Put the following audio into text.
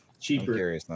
Cheaper